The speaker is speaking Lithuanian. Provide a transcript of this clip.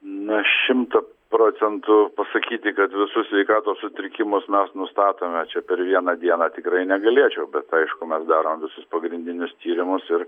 na šimtu procentų pasakyti kad visus sveikatos sutrikimus mes nustatome čia per vieną dieną tikrai negalėčiau bet aišku mes darom visus pagrindinius tyrimus ir